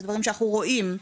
אלו דברים שאנחנו רואים.